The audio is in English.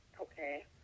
Okay